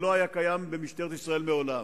שלא היה קיים במשטרת ישראל מעולם.